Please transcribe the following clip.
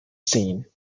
scene